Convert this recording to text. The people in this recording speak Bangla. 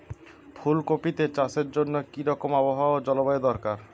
ফুল কপিতে চাষের জন্য কি রকম আবহাওয়া ও জলবায়ু দরকার?